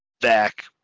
back